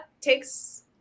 takes